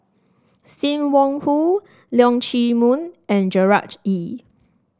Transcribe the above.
Sim Wong Hoo Leong Chee Mun and Gerard Ee